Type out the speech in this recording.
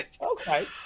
Okay